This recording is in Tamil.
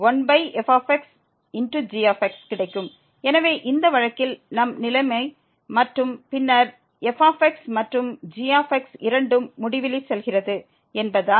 கிடைக்கும் எனவே இந்த வழக்கில் நம் நிலைமை மற்றும் பின்னர் f மற்றும் g இரண்டும் முடிவிலி செல்கிறது என்பதால்